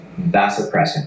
vasopressin